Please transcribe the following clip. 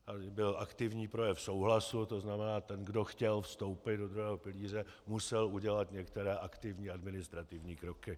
Tady byl aktivní projev souhlasu, to znamená ten, kdo chtěl vstoupit do druhého pilíře, musel udělat některé aktivní administrativní kroky.